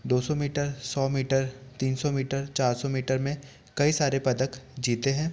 दो सौ मीटर सौ मीटर तीन सौ मीटर चार सौ मीटर में कई सारे पदक जीते हैं